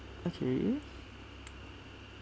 okay